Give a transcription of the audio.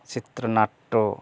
চিত্রনাট্য